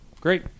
great